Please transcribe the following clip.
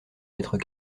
mètres